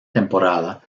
temporada